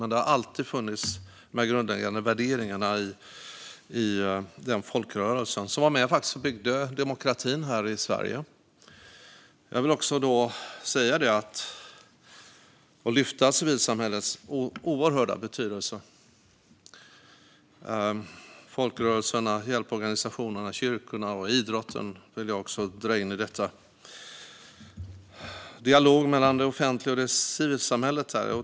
Men dessa grundläggande värderingar har alltid funnits i denna folkrörelse som faktiskt var med och byggde demokratin här i Sverige. Jag vill säga detta och lyfta fram civilsamhällets oerhörda betydelse, och jag vill dra in folkrörelserna, hjälporganisationerna, kyrkorna och idrotten i detta. Det är otrolig viktigt med en dialog mellan det offentliga och civilsamhället.